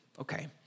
Okay